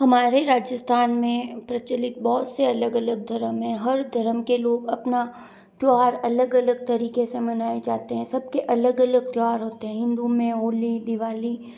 हमारे राजस्थान में प्रचलित बहुत से अलग अलग धर्म हैं हर धर्म के लोग अपना त्योहार अलग अलग तरीके से मनाए जाते हैं सब के अलग अलग त्योहार होते हैं हिंदू में होली दिवाली